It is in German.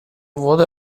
wurde